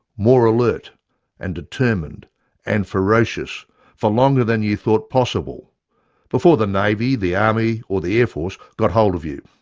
more alert and determined and ferocious for longer than you thought possible before the navy, the army or the air force got hold of you.